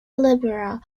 liberia